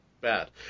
bad